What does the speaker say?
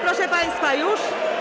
Proszę państwa, już?